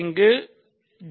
இங்கு 4 பார் 0